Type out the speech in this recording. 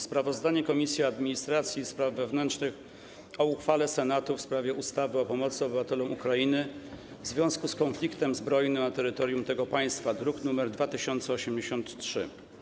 Sprawozdanie Komisji Administracji i Spraw Wewnętrznych o uchwale Senatu w sprawie ustawy o pomocy obywatelom Ukrainy w związku z konfliktem zbrojnym na terytorium tego państwa, druk nr 2083.